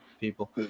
people